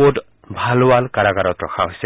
কোটভালৱাল কাৰাগাৰত ৰখা হৈছে